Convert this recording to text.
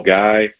guy